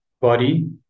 body